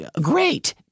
Great